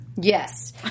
yes